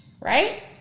right